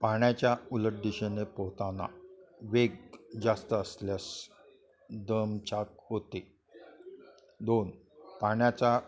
पाण्याच्या उलट दिशेने पोहताना वेग जास्त असल्यास दमछाक होते दोन पाण्याचा